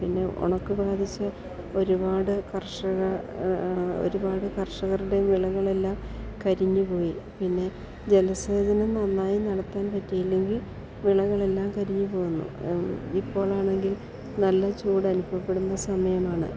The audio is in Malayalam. പിന്നെ ഉണക്ക് ബാധിച്ച് ഒരുപാട് കർഷക ഒരുപാട് കർഷകരുടെ വിളകളെല്ലാം കരിഞ്ഞു പോയി പിന്നെ ജലസേചനം നന്നായി നടത്താൻ പറ്റിയില്ലെങ്കിൽ വിളകളെല്ലാം കരിഞ്ഞു പോകുന്നു ഇപ്പോളാണെങ്കിൽ നല്ല ചൂടനുഭവപ്പെടുന്ന സമയമാണ്